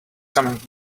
coming